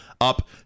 up